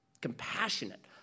Compassionate